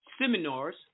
seminars